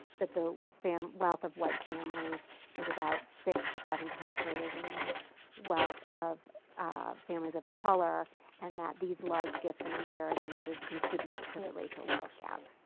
that the wealth of white families is about six to seven times greater than the wealth of families of color and that these large gifts and inheritances contribute to the racial wealth gap.